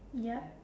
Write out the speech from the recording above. yup